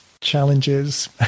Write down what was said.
challenges